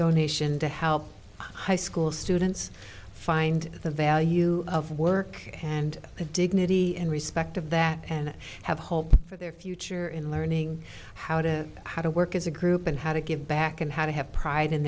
donation to help high school students find the value of work and the dignity and respect of that and have hope for their future in learning how to how to work as a group and how to give back and how to have pride in